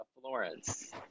Florence